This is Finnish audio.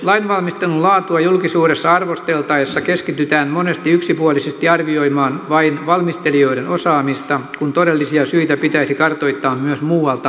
lainvalmistelun laatua julkisuudessa arvosteltaessa keskitytään monesti yksipuolisesti arvioimaan vain valmistelijoiden osaamista kun todellisia syitä pitäisi kartoittaa myös muualta ja laajemmin